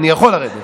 אני יכול לרדת.